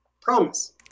Promise